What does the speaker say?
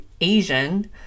Asian